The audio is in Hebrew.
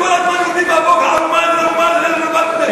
לא, אתם כל הזמן, הבט,